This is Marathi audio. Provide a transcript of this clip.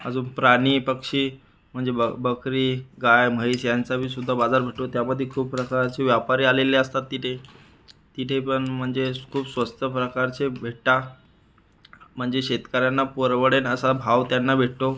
अजून प्राणी पक्षी म्हणजे ब बकरी गाय म्हैस यांचाबी सुद्धा बाजार भरतो त्यामध्ये खूप प्रकारचे व्यापारी आलेले असतात तिथे तिथेपण म्हणजे खूप स्वस्त प्रकारचे भेटता म्हणजे शेतकऱ्यांना परवडेल असा भाव त्यांना भेटतो